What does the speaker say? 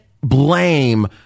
blame